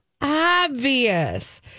obvious